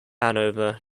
hanover